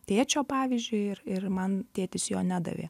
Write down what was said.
tėčio pavyzdžiui ir ir man tėtis jo nedavė